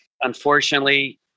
unfortunately